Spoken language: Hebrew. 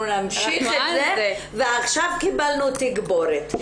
נמשיך את זה ועכשיו קיבלנו תגבורת.